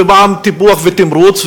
פעם טיפוח ותמרוץ,